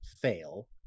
fail